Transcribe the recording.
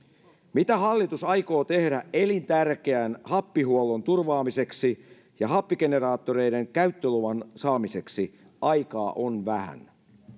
mitä hallitus aikoo tehdä elintärkeän happihuollon turvaamiseksi ja happigeneraattoreiden käyttöluvan saamiseksi aikaa on vähän